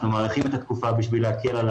אנחנו מאריכים את התקופה כדי להקל על